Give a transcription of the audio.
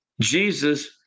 Jesus